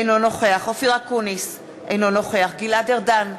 אינו נוכח אופיר אקוניס, אינו נוכח גלעד ארדן,